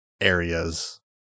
areas